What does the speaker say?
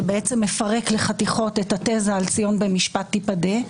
שמפרק לחתיכות את התיזה על ציון במשפט תיפדה,